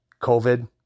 COVID